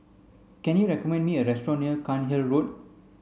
can you recommend me a restaurant near Cairnhill Road